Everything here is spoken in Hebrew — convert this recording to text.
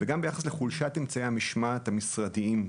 כך גם ביחסי לחולשת אמצעי המשמעת המשרדיים.